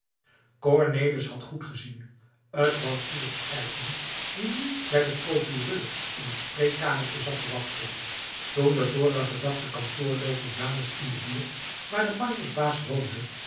cornelis had goed gezien t was philip strijkman die nu bij den procureur in het spreekkamertje zat te wachten toen den vorigen dag de kantoorlooper janus in de buurt waar de pandjesbaas woonde